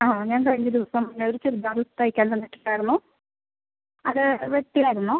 ആ ഞാൻ കഴിഞ്ഞ ദിവസം ഒരു ചുരിദാറ് തയ്ക്കാൻ തന്നിട്ടുണ്ടായിരുന്നു അത് വെട്ടിയായിരുന്നോ